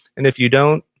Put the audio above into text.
and if you don't,